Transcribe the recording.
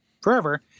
forever